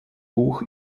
buch